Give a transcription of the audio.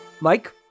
Mike